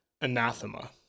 anathema